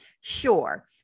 Sure